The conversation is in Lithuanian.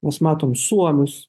mes matom suomius